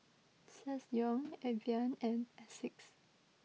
Ssangyong Evian and Asics